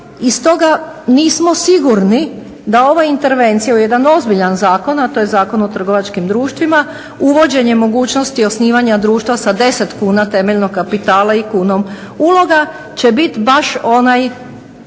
stoga nismo sigurni da ova intervencija u jedan ozbiljan zakon, a to je Zakon o trgovačkim društvima uvođenjem mogućnosti osnivanja društva sa 10 kuna temeljnog kapitala i 1 kunom uloga će bit baš onaj